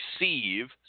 receive